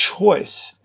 choice